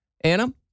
Anna